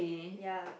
ya